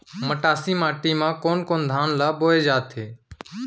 मटासी माटी मा कोन कोन धान ला बोये जाथे?